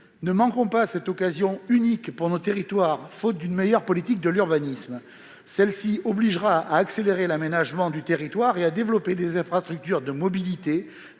Ne manquons pas cette occasion unique pour nos territoires, faute d'une meilleure politique de l'urbanisme ! Nous pourrons accélérer l'aménagement du territoire, développer des infrastructures de mobilité